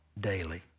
daily